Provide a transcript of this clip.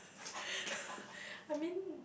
I mean